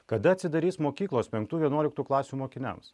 kada atsidarys mokyklos penktų vienuoliktų klasių mokiniams